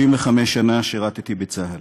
35 שנה שירתי בצה"ל.